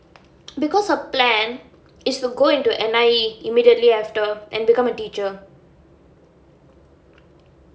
because her plan is to go into N_I_E immediately after and become a teacher